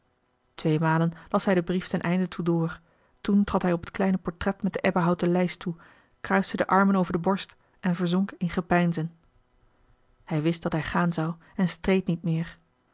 tweemalen las hij den brief ten einde toe door toen trad hij op het kleine portret met de ebbenhouten lijst toe kruiste de armen over de borst en verzonk in gepeinzen hij wist dat hij gaan zou en streed niet meer